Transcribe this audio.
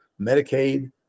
Medicaid